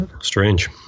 Strange